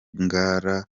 ngara